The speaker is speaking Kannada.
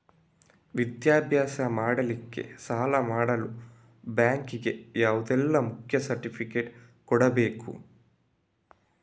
ವಿದ್ಯಾಭ್ಯಾಸ ಮಾಡ್ಲಿಕ್ಕೆ ಸಾಲ ಮಾಡಲು ಬ್ಯಾಂಕ್ ಗೆ ಯಾವುದೆಲ್ಲ ಮುಖ್ಯ ಸರ್ಟಿಫಿಕೇಟ್ ಕೊಡ್ಬೇಕು?